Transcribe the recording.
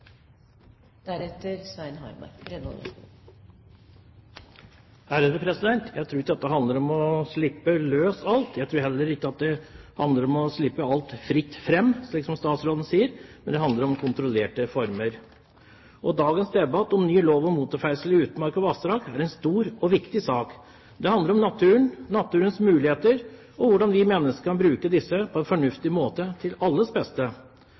Jeg tror ikke dette handler om å slippe løs alt. Jeg tror heller ikke at det handler om å slippe alt fritt fram, slik statsråden sier. Det handler om kontrollerte former. Dagens debatt om ny lov om motorferdsel i utmark og vassdrag dreier seg om en stor og viktig sak. Det handler om naturen, naturens muligheter og hvordan vi mennesker kan bruke disse på en fornuftig måte til alles beste.